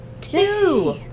Two